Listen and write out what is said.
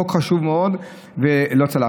חוק חשוב מאוד, לא צלח.